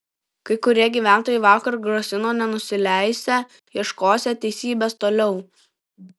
kai kurie gyventojai vakar grasino nenusileisią ieškosią teisybės toliau